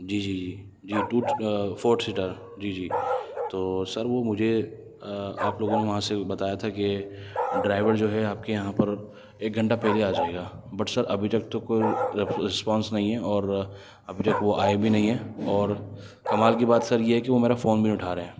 جی جی جی جی ٹو فور سیٹر جی جی تو سر وہ مجھے آپ لوگوں نے وہاں سے بتایا تھا کہ ڈرائیور جو ہے آپ کے یہاں پر ایک گھنٹہ پہلے آ جائے گا بٹ سر ابھی تک تو کوئی ریسپانس نہیں ہے اور ابھی تک تو وہ آئے بھی نہیں ہیں اور کمال کی بات سر یہ ہے کہ وہ میرا فون بھی نہیں اٹھا رہے